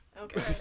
Okay